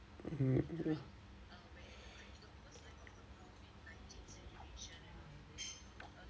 mm mm